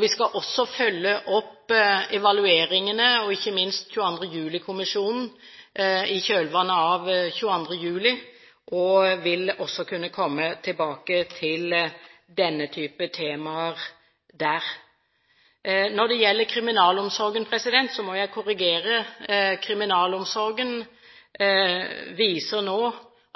Vi skal også følge opp evalueringene og ikke minst 22. juli-kommisjonen i kjølvannet av 22. juli og vil også kunne komme tilbake til denne type temaer der. Når det gjelder kriminalomsorgen, må jeg korrigere. Kriminalomsorgen viser nå